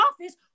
office